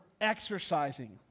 exercising